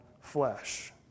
flesh